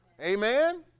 Amen